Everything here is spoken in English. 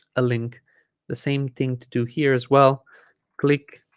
a link the same thing to do here as well click